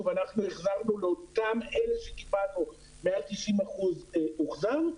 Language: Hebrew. אנחנו החזרנו לאותם אלה שקיבלנו מעל 90% הוחזר.